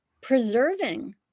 preserving